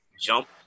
jump